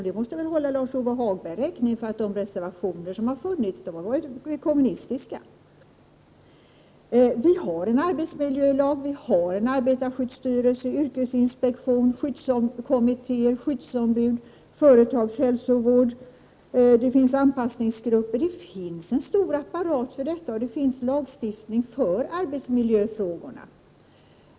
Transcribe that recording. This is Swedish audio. De reservationer som fanns var kommunistiska — det måste vi hålla Lars-Ove Hagberg räkning för. Vi har en arbetsmiljölag, vi har en arbetarskyddsstyrelse, vi har en yrkesinspektion, vi har skyddskommittéer, skyddsombud, företagshälsovård och anpassningsgrupper — det finns alltså en stor apparat för detta, och det finns lagstiftning för arbetsmiljöfrågorna.